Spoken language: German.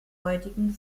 heutigen